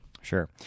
Sure